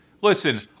listen